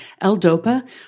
L-dopa